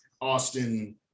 Austin